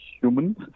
humans